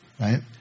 right